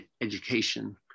education